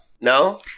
No